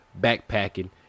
backpacking